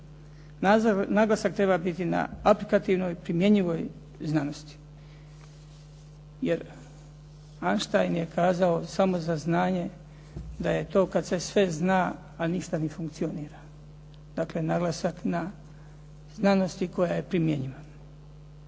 Naglasak treba biti na aplikativnoj primjenjivoj znanosti jer Einstein je kazao, samo za znanje da je to kad se sve zna, a ništa ne funkcionira. Dakle, naglasak na znanosti koja je primjenjiva.